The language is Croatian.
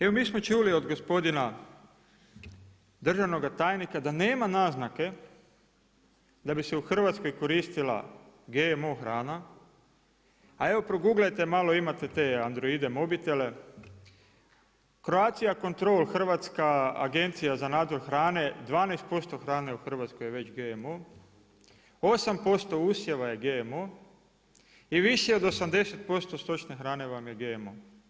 Evo mi smo čuli od gospodina državnoga tajnika da nema naznake da bi se u Hrvatskoj koristila GMO hrana, a evo proguglajte malo, imate te Androide mobitele, Croatia control, Hrvatska agencija za nadzor hrane, 12% hrane je već GMO, 8% usjeva je GMO, i više od 80% stočne hrane vam je GMO.